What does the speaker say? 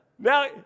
Now